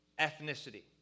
ethnicity